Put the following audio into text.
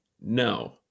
No